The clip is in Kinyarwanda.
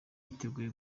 yiteguye